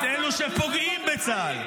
את מפקדי צה"ל,